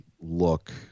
look